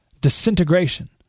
disintegration